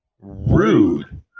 Rude